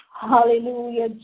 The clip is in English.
Hallelujah